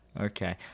okay